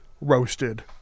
roasted